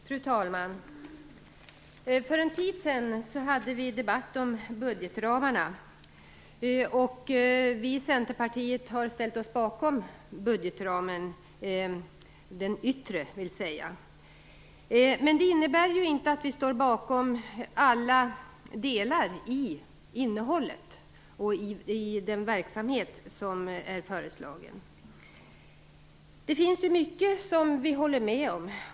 Fru talman! För en tid sedan hade vi en debatt om budgetramarna. Vi i Centerpartiet har ställt oss bakom den yttre budgetramen. Men det innebär ju inte att vi står bakom alla delar av innehållet och den verksamhet som är föreslagen. Det finns mycket som vi håller med om.